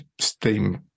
steam